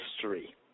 history